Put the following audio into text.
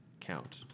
count